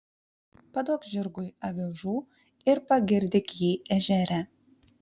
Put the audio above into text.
paduok žirgui avižų ir pagirdyk jį ežere